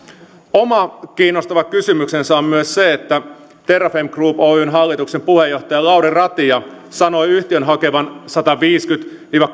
oma kiinnostava kysymyksensä on myös se että terrafame group oyn hallituksen puheenjohtaja lauri ratia sanoi yhtiön hakevan sadanviidenkymmenen viiva